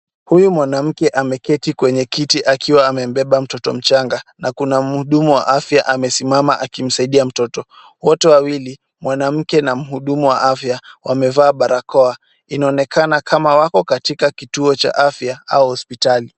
Huyu mwanamke ameketi kwenye kiti akiwa amembeba mtoto mchanga, na kuna mhudumu wa afya amesimama akimsaidia mtoto. Wote wawili, mwanamke na mhudumu wa afya, wamevaa barakoa. Inaonekana kama wako katika kituo cha afya au hospitali.